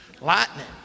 lightning